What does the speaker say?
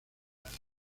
nadie